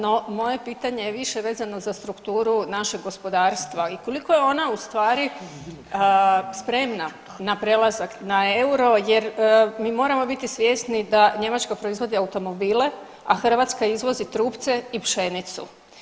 No, moje pitanje je više vezano za strukturu našeg gospodarstva i koliko je ona u stvari spremna na prelazak na euro jer mi moramo biti svjesni da Njemačka proizvodi automobile, a Hrvatska izvozi trupce i pšenicu.